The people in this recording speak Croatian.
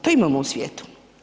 To imamo u svijetu.